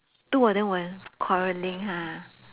two of them were quarrelling ha